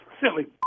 silly